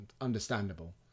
understandable